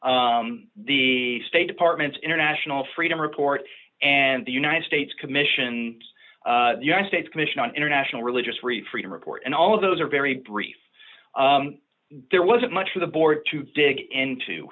articles the state department's international freedom report and the united states commission the united states commission on international religious freedom freedom report and all of those are very brief there wasn't much for the board to dig into